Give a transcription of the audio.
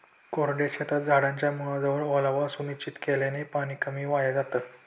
कोरड्या शेतात झाडाच्या मुळाजवळ ओलावा सुनिश्चित केल्याने पाणी कमी वाया जातं